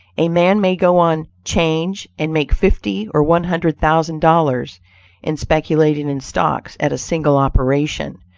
a man may go on change and make fifty, or one hundred thousand dollars in speculating in stocks, at a single operation.